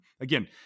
again